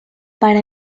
para